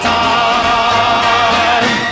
time